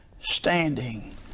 standing